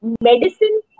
medicine